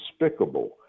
despicable